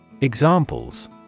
Examples